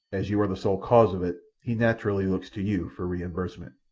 as you are the sole cause of it, he naturally looks to you for reimbursement.